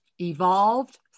Evolved